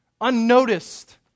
unnoticed